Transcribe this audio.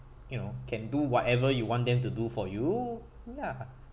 you know can do whatever you want them to do for you ya